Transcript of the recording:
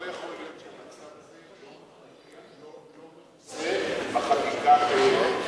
לא יכול להיות שהמצב הזה לא מכוסה בחקיקה הקיימת.